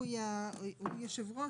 הוא יושב הראש,